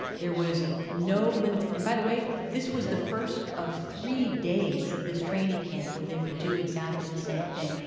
there was no limits. and by the way, this was the first of three days of this training camp where they would do exactly the same thing.